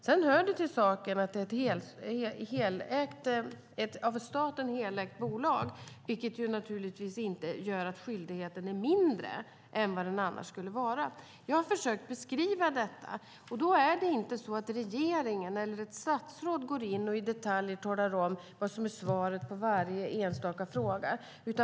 Sedan hör det till saken att det är ett av staten helägt bolag, vilket naturligtvis inte gör att skyldigheten blir mindre än vad den annars skulle vara. Jag har försökt beskriva detta. Det är inte så att regeringen eller ett statsråd går in och i detalj talar om vad som är svaret på varje enstaka fråga.